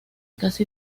casi